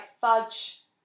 Fudge